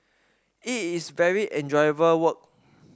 it is very enjoyable work